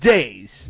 Days